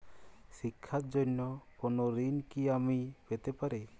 শিক্ষার জন্য কোনো ঋণ কি আমি পেতে পারি?